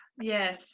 Yes